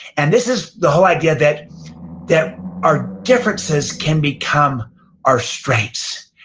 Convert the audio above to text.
and this is the whole idea that that our differences can become our strengths.